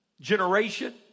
generation